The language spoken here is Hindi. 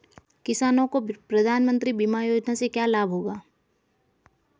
किसानों को प्रधानमंत्री बीमा योजना से क्या लाभ होगा?